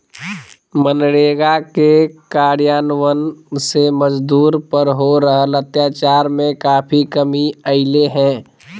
मनरेगा के कार्यान्वन से मजदूर पर हो रहल अत्याचार में काफी कमी अईले हें